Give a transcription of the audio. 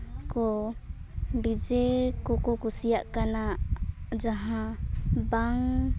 ᱠᱚ ᱰᱤᱡᱮ ᱠᱚᱠᱚ ᱠᱩᱥᱤᱭᱟᱜ ᱠᱟᱱᱟ ᱡᱟᱦᱟᱸ ᱵᱟᱝ